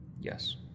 Yes